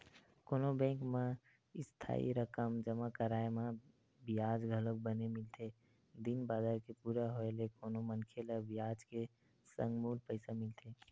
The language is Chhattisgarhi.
कोनो बेंक म इस्थाई रकम जमा कराय म बियाज घलोक बने मिलथे दिन बादर के पूरा होय ले कोनो मनखे ल बियाज के संग मूल पइसा मिलथे